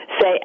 say